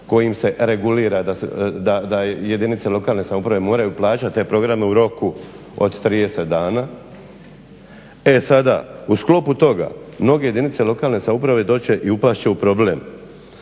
kojim se regulira da jedinice lokalne samouprave moraju plaćati te programe u roku od 30 dana. E sada, u sklopu toga mnoge jedinice lokalne samouprave doći će i upast će u problem.